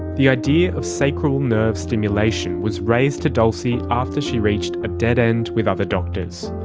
the idea of sacral nerve stimulation was raised to dulcie after she reached a dead end with other doctors.